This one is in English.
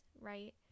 right